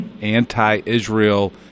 anti-Israel